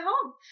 home